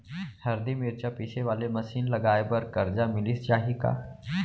हरदी, मिरचा पीसे वाले मशीन लगाए बर करजा मिलिस जाही का?